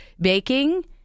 baking